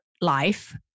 life